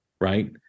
right